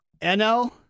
NL